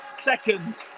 second